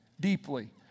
deeply